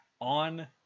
on